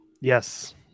Yes